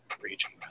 region